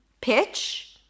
pitch